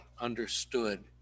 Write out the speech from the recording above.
understood